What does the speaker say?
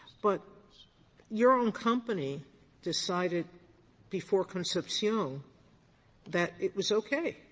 but your own company decided before concepcion that it was okay,